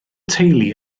teulu